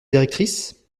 directrice